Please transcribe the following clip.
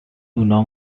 know